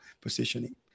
positioning